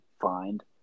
find